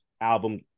album